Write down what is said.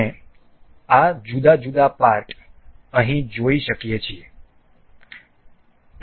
આપણે આ જુદા જુદા પાર્ટ અહીં જોઈ શકીએ છીએ